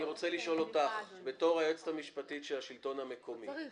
אני רוצה לשאול אותך בתור היועצת המשפטית של השלטון המקומי.